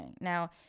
Now